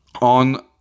on